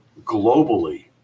globally